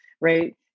right